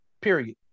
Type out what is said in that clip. Period